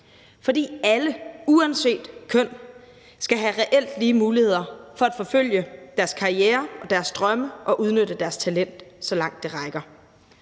for alle uanset køn reelt skal have lige muligheder for at forfølge deres karriere, deres drømme og udnytte deres talent, så langt det rækker.